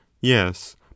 Yes